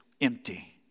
empty